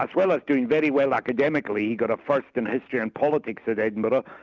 as well as doing very well academically, he got a first in history and politics at edinburgh,